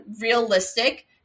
realistic